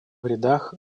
рядах